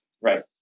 Right